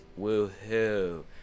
woohoo